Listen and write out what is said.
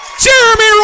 Jeremy